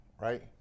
right